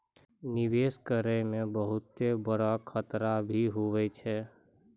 निवेश करै मे बहुत बड़ो खतरा भी हुवै छै